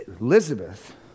Elizabeth